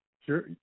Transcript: sure